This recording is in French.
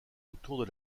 autour